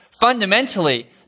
Fundamentally